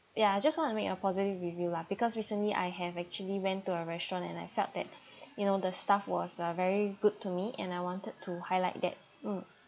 ya I just want to make a positive review lah because recently I have actually went to a restaurant and I felt that you know the staff was uh very good to me and I wanted to highlight that mm